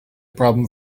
problem